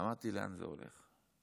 אמרתי: לאן זה הולך?